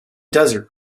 desert